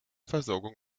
versorgung